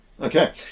Okay